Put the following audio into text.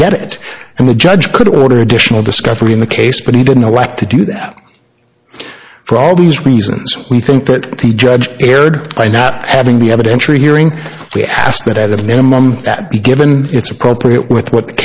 get it and the judge could order additional discovery in the case but he didn't elect to do that for all these reasons we think that the judge erred by not having the evidentiary hearing we asked that at a minimum be given it's appropriate with what the